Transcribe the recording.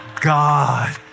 God